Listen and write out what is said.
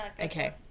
okay